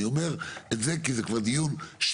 אני אומר את זה כי זה כבר דיון שלישי